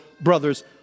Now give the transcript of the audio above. brothers